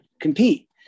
compete